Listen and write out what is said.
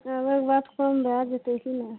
अबयके बाद कम भए जेतय कि ने